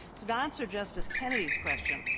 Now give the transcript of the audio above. to answer justice kennedy's question,